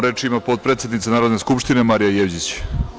Reč ima potpredsednica Narodne skupštine Marija Jevđić.